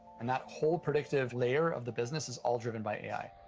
and that whole predictive layer of the business is all driven by a i.